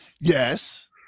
Yes